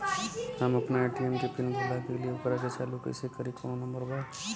हम अपना ए.टी.एम के पिन भूला गईली ओकरा के चालू कइसे करी कौनो नंबर बा?